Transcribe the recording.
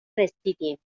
رسیدیم